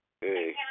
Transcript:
Hey